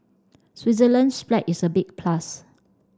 Switzerland's flag is a big plus